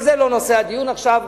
אבל זה לא נושא הדיון עכשיו,